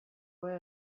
ohea